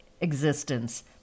existence